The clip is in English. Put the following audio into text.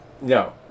no